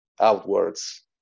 outwards